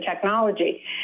technology